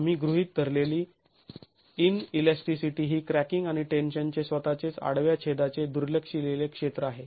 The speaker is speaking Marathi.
आम्ही गृहीत धरलेली ईनइलॅस्टीसिटी ही क्रॅकिंग आणि टेन्शनचे स्वतःचेच आडव्या छेदाचे दुर्लक्षिलेले क्षेत्र आहे